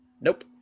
nope